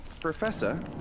Professor